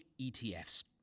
ETFs